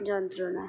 যন্ত্রনা